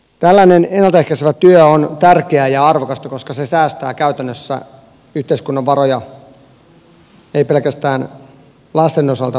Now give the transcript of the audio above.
tällainen ennalta ehkäisevä työ on tärkeää ja arvokasta koska se säästää käytännössä yhteiskunnan varoja ei pelkästään lasten osalta vaan myös äitien osalta